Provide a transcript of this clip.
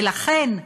ולכן,